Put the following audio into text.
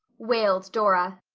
wailed dora.